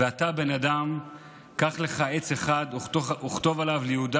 "ואתה בן אדם קח לך עץ אחד וכתֹב עליו ליהודה